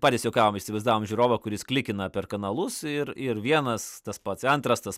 patys juokavom įsivaizdavom žiūrovą kuris klikina per kanalus ir ir vienas tas pats antras tas